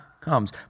comes